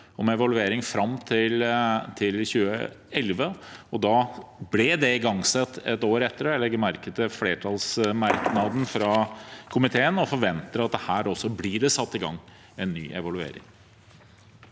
om evaluering fram til 2011. Da ble det igangsatt ett år etter. Jeg legger merke til flertallsmerknaden fra komiteen og forventer at også her blir det satt i gang en ny evaluering.